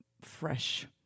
fresh